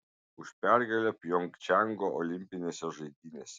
už pergalę pjongčango olimpinėse žaidynėse